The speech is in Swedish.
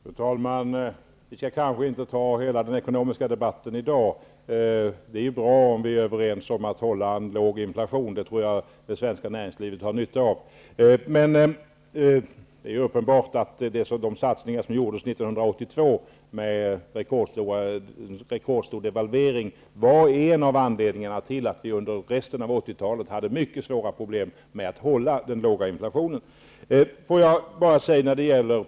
Fru talman! Vi skall kanske inte ta hela den ekonomiska debatten i dag. Det är bra att vi är överens om att hålla en låg inflation. Det har det svenska näringslivet nytta av. Det är emellertid uppenbart att de satsningar som gjordes år 1982, med rekordstor devalvering, var en av anledningarna till att vi under resten av 80-talet hade mycket stora problem med att bibehålla den låga inflationen.